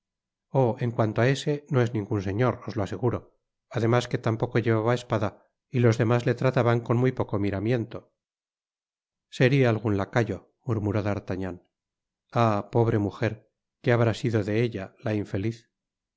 en cuanto á ese no es ningun señor os lo aseguro además que tampoco llevaba espada y los demás le trataban con muy poco miramiento seria algun lacayo murmuró d'artagnan ah pobre mujer que habrá sido de ella la infeliz